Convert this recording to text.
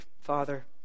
Father